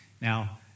Now